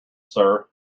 sir